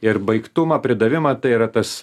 ir baigtumą pridavimą tai yra tas